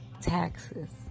taxes